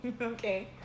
Okay